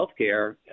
healthcare